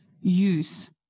use